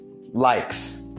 likes